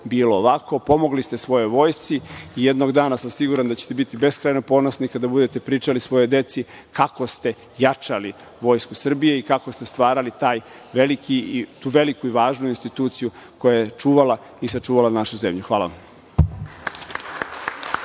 bilo ovako. Pomogli ste svojoj Vojsci i jednog dana sam siguran da ćete biti beskrajno ponosni kada budete pričali svojoj deci kako ste jačali Vojsku Srbije i kako ste stvarali tu veliku i važni instituciju koja je čuvala i sačuvala našu zemlju. Hvala.